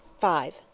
Five